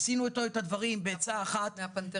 עשינו איתו את הדברים בעצה אחת -- מהפנתרים.